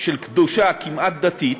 של קדושה, כמעט דתית,